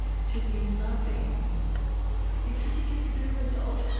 to be loving because it gets a better result.